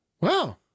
wow